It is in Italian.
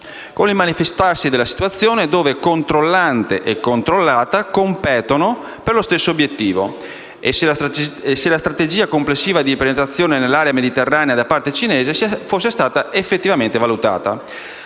con il manifestarsi della situazione dove controllante e controllata competono per lo stesso obbiettivo; e se la strategia complessiva di penetrazione nell'area mediterranea da parte cinese fosse stata effettivamente valutata.